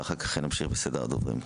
ואחר כך נמשיך לסדר הדוברים.